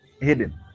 hidden